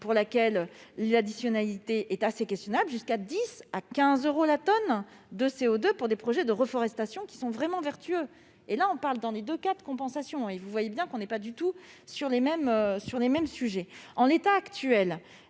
pour lesquels l'additionnalité est assez questionnable, et jusqu'à 10 à 15 euros la tonne de CO2 pour des projets de reforestation qui sont vraiment vertueux. Dans les deux cas, on parle de compensation, et vous voyez bien que l'on n'est pas du tout sur les mêmes niveaux. En l'état actuel